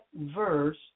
verse